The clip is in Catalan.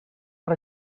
per